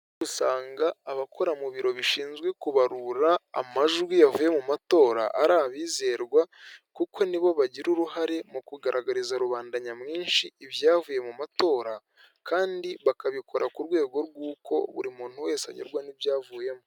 Usanga abakora mu biro bishinzwe kubarura amajwi yavuye mu matora ari abizerwa kuko nibo bagira uruhare mu kugaragariza rubanda nyamwinshi ibyavuye mu matora kandi bakabikora ku rwego rw'uko buri muntu wese ayurwa n'ibyavuyemowo.